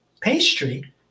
pastry